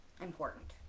important